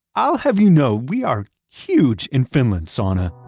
i'll have you know, we are huge in finland, sana